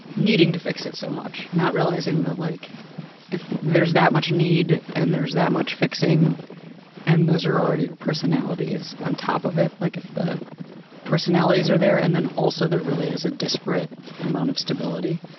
needing to fix it so much, not realizing that like if there's that much need and there's that much fixing and those are already our personalities on top of it, like if the personalities are there and then also there really is a desperate amount of stability,